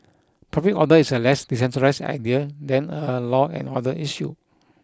public order is a less decentralised idea than a law and order issue